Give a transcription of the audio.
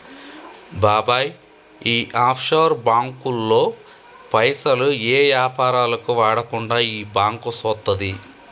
బాబాయ్ ఈ ఆఫ్షోర్ బాంకుల్లో పైసలు ఏ యాపారాలకు వాడకుండా ఈ బాంకు సూత్తది